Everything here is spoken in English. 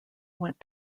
went